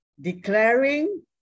declaring